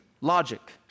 logic